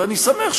וגם את,